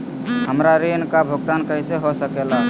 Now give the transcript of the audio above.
हमरा ऋण का भुगतान कैसे हो सके ला?